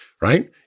right